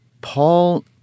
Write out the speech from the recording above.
Paul